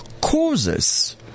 causes